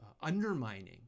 undermining